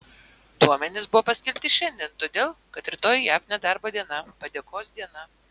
duomenys buvo paskelbti šiandien todėl kad rytoj jav nedarbo diena padėkos diena